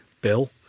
bill